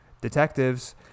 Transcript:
detectives